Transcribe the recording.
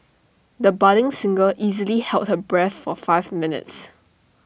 the budding singer easily held her breath for five minutes